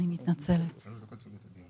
אפשר לחכות לעבודת האוצר,